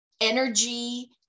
energy